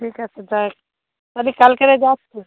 ঠিক আছে তাহলে কাল কালকেরে যাচ্ছি